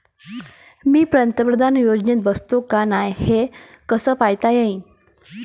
मी पंतप्रधान योजनेत बसतो का नाय, हे कस पायता येईन?